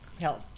help